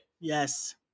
Yes